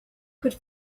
could